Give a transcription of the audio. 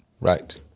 Right